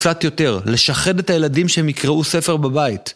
קצת יותר, לשחד את הילדים שהם יקראו ספר בבית.